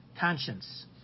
Conscience